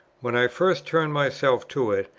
when i first turned myself to it,